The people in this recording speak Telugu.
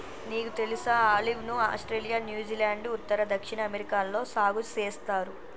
నీకు తెలుసా ఆలివ్ ను ఆస్ట్రేలియా, న్యూజిలాండ్, ఉత్తర, దక్షిణ అమెరికాలలో సాగు సేస్తారు